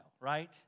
right